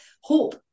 hope